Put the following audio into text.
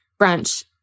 brunch